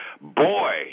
boy